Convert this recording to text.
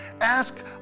Ask